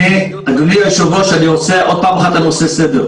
אדוני היושב-ראש, אני רוצה עוד פעם אחת לעשות סדר.